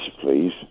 please